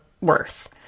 worth